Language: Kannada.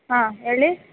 ಹಾಂ ಹೇಳಿ